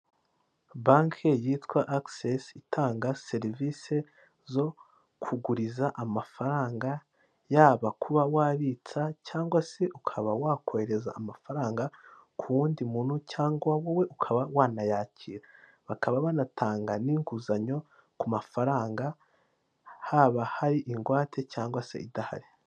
Banki yitwa agisesi itanga serivisi zo kuguriza amafaranga, yaba kuba wabitsa cyangwa se ukaba wakohereza amafaranga ku wundi muntu cyangwa wowe ukaba wanayakira. Bakaba banatanga n'inguzanyo ku mafaranga haba hari ingwate cyangwa se idahari.